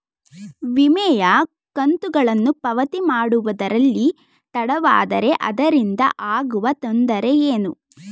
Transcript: ವಿಮೆಯ ಕಂತುಗಳನ್ನು ಪಾವತಿ ಮಾಡುವುದರಲ್ಲಿ ತಡವಾದರೆ ಅದರಿಂದ ಆಗುವ ತೊಂದರೆ ಏನು?